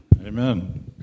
Amen